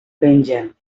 pengen